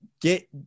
Get